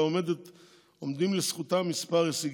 ועומדים לזכותה כמה הישגים.